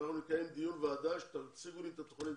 נקיים דיון בוועדה כדי שתציגו לי את התוכנית.